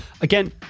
again